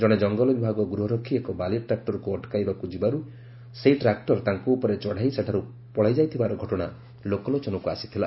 ଜଣେ ଜଙ୍ଗଲ ବିଭାଗ ଗୃହରକ୍ଷୀ ଏକ ବାଲି ଟ୍ରାକ୍ଟରକୁ ଅଟକାଇବାକୁ ଯିବାରୁ ସେଇ ଟ୍ରାକୁର ତାଙ୍କ ଉପରେ ଚଢ଼ାଇ ସେଠାରୁ ପଳାଇଯାଇଥିବାର ଘଟଣା ଲୋକଲୋଚନକୁ ଆସିଥିଲା